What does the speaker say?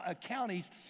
counties